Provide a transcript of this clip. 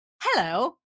hello